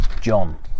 John